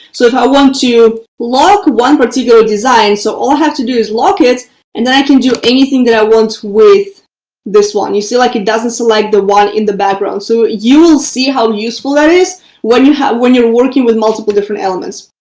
so if i want to lock one particular design, so all i have to do is lock it and then i can do anything that i want with this one you see like it doesn't select the one in the background. so you will see how useful that is when you when you're working with multiple different elements.